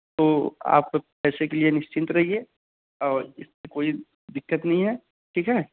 तो आप पैसे के लिए निश्चिंत रहिए और कोई दिक्कत नहीं है ठीक है